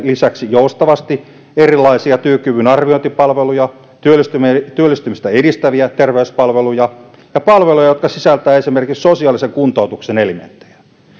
lisäksi joustavasti erilaisia työkyvynarviointipalveluja työllistymistä työllistymistä edistäviä terveyspalveluja ja palveluja jotka sisältävät esimerkiksi sosiaalisen kuntoutuksen elementtejä